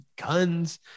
guns